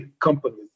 companies